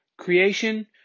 creation